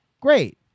Great